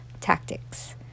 tactics